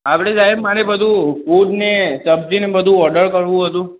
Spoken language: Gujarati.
આપણે સાહેબ મારે એ બધું ફૂડ ને સબ્જી ને એ બધું ઓર્ડર કરવું હતું